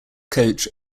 coach